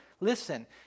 Listen